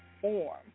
form